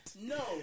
No